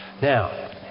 Now